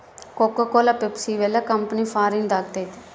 cocoa Cola Pepsi ಇವೆಲ್ಲ company ಫಾರಿನ್ದು ಆಗೈತೆ